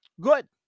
Good